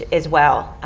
as well.